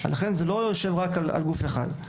וזה לא יושב רק על גוף אחד.